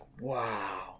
wow